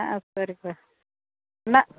ஆ சரிப்பா நான்